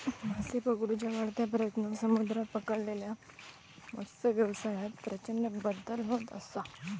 मासे पकडुच्या वाढत्या प्रयत्नांन समुद्रात पकडलेल्या मत्सव्यवसायात प्रचंड बदल होत असा